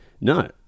No